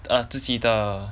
ERR 自己的